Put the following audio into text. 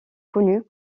connus